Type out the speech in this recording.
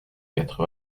quatre